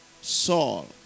Saul